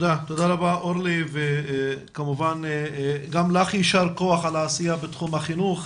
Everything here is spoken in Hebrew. תודה רבה אורלי וכמובן גם לך יישר כח על העשייה בתחום החינוך.